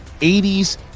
80s